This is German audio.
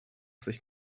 sich